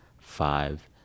five